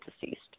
deceased